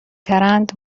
ترند